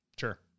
Sure